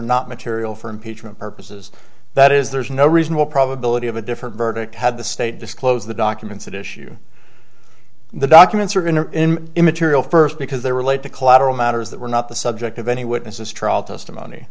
not material for impeachment purposes that is there's no reasonable probability of a different verdict had the state disclosed the documents that issue the documents are in an immaterial first because they relate to collateral matters that were not the subject of any witnesses trial testimony